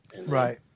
Right